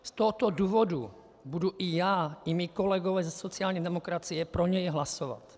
Z tohoto důvodu budu i já i mí kolegové ze sociální demokracie pro něj hlasovat.